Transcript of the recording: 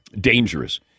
dangerous